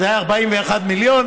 זה היה 41 מיליון.